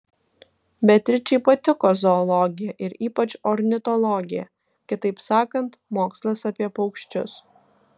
beatričei patiko zoologija ir ypač ornitologija kitaip sakant mokslas apie paukščius